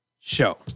show